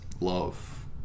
Love